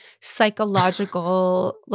psychological